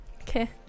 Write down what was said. okay